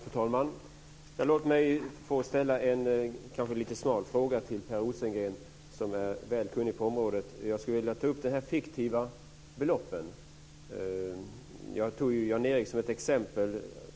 Fru talman! Låt mig få ställa en smal fråga till Per Rosengren, som är väl kunnig på området. Jag vill ta upp frågan om de fiktiva beloppen. Jag tog ju Jan Erik som exempel.